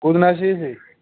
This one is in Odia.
କେଉଁ ଦିନ ଆସିବେ ସେ